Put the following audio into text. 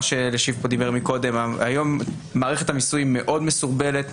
היום מערכת המיסוי מאוד מסורבלת,